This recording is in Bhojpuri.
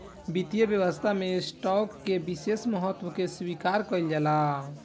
वित्तीय व्यवस्था में स्टॉक के विशेष महत्व के स्वीकार कईल जाला